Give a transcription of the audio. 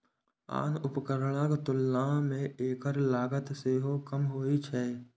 आन उपकरणक तुलना मे एकर लागत सेहो कम होइ छै